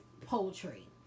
poultry